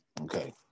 Okay